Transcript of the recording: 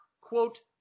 quote